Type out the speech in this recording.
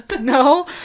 no